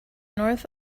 north